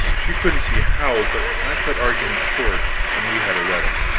she couldn't see how, but i cut argument short and we had a wedding.